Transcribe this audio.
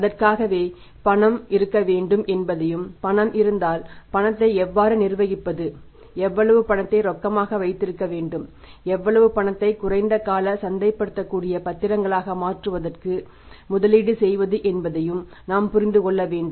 அதற்காகவே பணம் இருக்க வேண்டும் என்பதையும் பணம் இருந்தால் பணத்தை எவ்வாறு நிர்வகிப்பது எவ்வளவு பணத்தை ரொக்கமாக வைத்திருக்க வேண்டும் எவ்வளவுபணத்தை குறைந்த கால சந்தைப்படுத்தக்கூடிய பத்திரங்களாக மாற்றுவதற்கு முதலீடு செய்வது என்பதையும் நாம் புரிந்து கொள்ள வேண்டும்